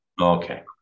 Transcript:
okay